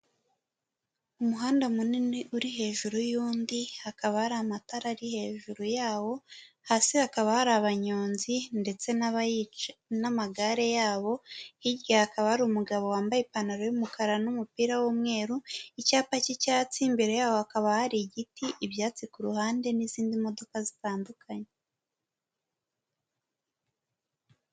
Umuhanda munini uri hejuru y'undi, hakaba hari amatara ari hejuru yawo, hasi hakaba hari abanyonzi ndetse nn'amagare yabo, hirya ha akaba ari umugabo wambaye ipantaro y'umukara n'umupira w'umweru, icyapa cy'icyatsi, mbere yaho hakaba hari igiti ibyatsi ku ruhande n'izindi modoka zitandukanye.